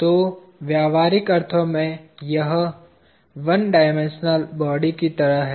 तो व्यावहारिक अर्थों में यह 1 डायमेंशनल बॉडी की तरह है